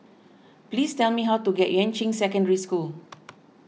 please tell me how to get Yuan Ching Secondary School